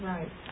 Right